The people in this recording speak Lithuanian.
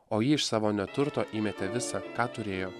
o ji iš savo neturto įmetė visą ką turėjo